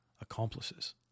accomplices